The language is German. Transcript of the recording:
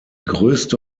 größte